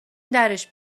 درش